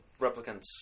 replicants